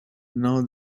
now